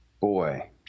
Boy